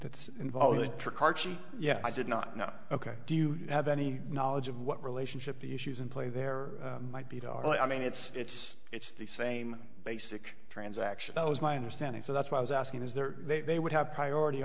that's involved yeah i did not know ok do you have any knowledge of what relationship the issues in play there might be to all i mean it's it's the same basic transaction that was my understanding so that's why i was asking is there they would have priority